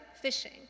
fishing